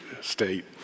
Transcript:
state